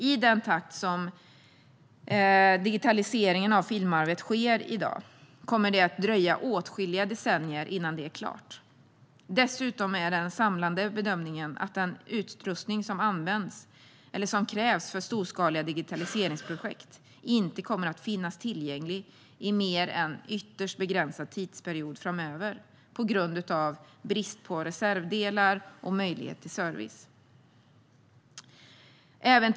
I den takt som digitaliseringen av filmarvet sker i dag kommer det att dröja åtskilliga decennier innan det är klart. Dessutom är den samlade bedömningen att den utrustning som krävs för storskaliga digitaliseringsprojekt inte kommer att finnas tillgänglig i mer än en ytterst begränsad tidsperiod framöver på grund av brist på reservdelar och möjlighet till service.